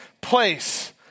place